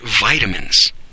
vitamins